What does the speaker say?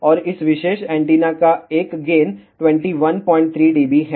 और इस विशेष एंटीना का एक गेन 213 dB है